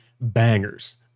bangers